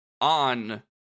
on